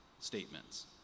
statements